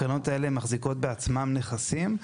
הקרנות האלה מחזיקות בעצמן נכסים.